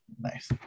Nice